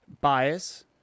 bias